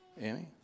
Annie